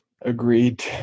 Agreed